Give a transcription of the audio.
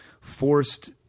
forced –